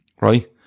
right